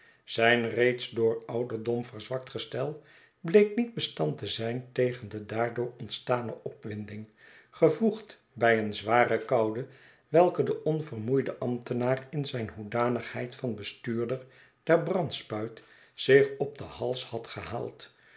zijn reeds door ouderdom verzwakt gestel bleek niet bestand te zijn tegen dedaardoor ontstane opwinding gevoegd bij een zware koude welke de onvermoeide ambtenaar in zijn hoedanigheid van bestuurder der brandspuit zich op den hals had gehaald